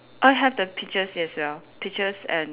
I have the peaches as well peaches and